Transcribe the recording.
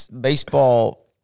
baseball